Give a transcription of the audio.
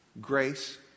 Grace